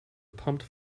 pumped